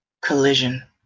collision